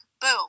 boom